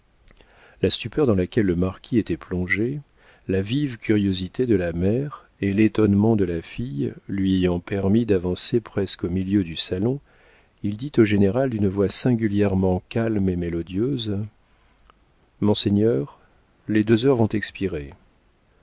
la stupeur dans laquelle le marquis était plongé la vive curiosité de la mère et l'étonnement de la fille lui ayant permis d'avancer presque au milieu du salon il dit au général d'une voix singulièrement calme et mélodieuse monseigneur les deux heures vont expirer